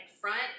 front